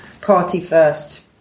party-first